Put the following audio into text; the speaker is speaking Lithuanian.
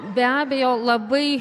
be abejo labai